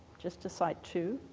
just to cite two